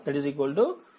615Ω అవుతుంది